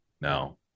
now